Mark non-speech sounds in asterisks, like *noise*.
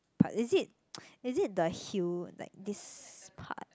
but is it *noise* is it the heel like this part